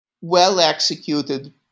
well-executed